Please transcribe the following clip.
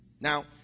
now